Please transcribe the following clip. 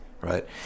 right